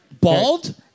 Bald